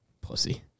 Pussy